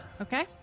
Okay